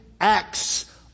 acts